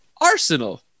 arsenal